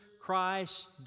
Christ